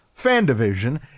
FanDivision